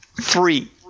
Three